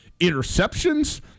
interceptions